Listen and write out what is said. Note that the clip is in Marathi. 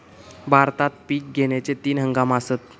भारतात पिक घेण्याचे तीन हंगाम आसत